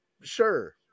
Sure